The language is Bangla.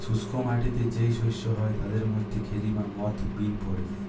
শুষ্ক মাটিতে যেই শস্য হয় তাদের মধ্যে খেরি বা মথ বিন পড়ে